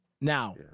Now